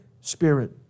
Spirit